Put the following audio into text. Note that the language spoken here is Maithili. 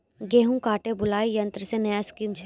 गेहूँ काटे बुलाई यंत्र से नया स्कीम छ?